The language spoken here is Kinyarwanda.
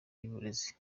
y’uburezi